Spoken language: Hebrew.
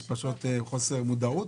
יש חוסר מודעות?